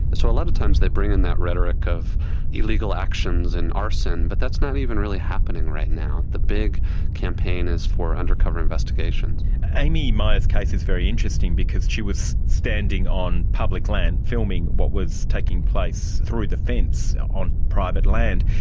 so a lot of times they bring in that rhetoric of illegal actions and arson, but that's not even really happening right now. the big campaign is for undercover investigations. amy meyer's case is very interesting because she was standing on public land filming what was taking place through the fence on private land.